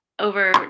over